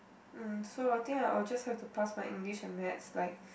mm so I think I'll just have to pass my English and maths like